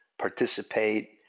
participate